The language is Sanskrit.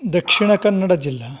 दक्षिणकन्नडजील्ला